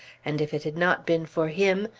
and if it had not been for him,